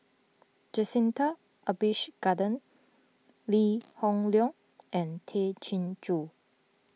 Jacintha Abisheganaden Lee Hoon Leong and Tay Chin Joo